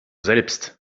selbst